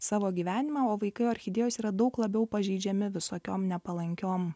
savo gyvenimą o vaikai orchidėjos yra daug labiau pažeidžiami visokiom nepalankiom